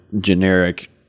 generic